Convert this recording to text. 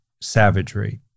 savagery